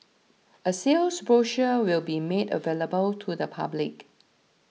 a sales brochure will be made available to the public